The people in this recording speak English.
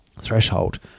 threshold